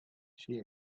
she